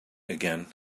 again